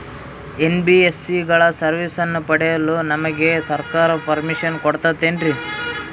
NBSC ಗಳ ಸರ್ವಿಸನ್ನ ಪಡಿಯಲು ನಮಗೆ ಸರ್ಕಾರ ಪರ್ಮಿಷನ್ ಕೊಡ್ತಾತೇನ್ರೀ?